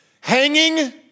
Hanging